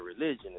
religion